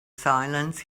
silence